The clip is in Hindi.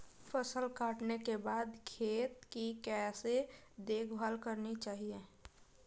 फसल काटने के बाद खेत की कैसे देखभाल करनी चाहिए?